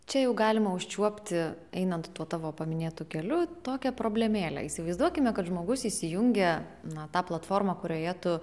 čia jau galima užčiuopti einant tuo tavo paminėtu keliu tokią problemėlę įsivaizduokime kad žmogus įsijungia na tą platformą kurioje tu